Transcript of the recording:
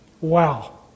Wow